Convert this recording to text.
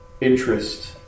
interest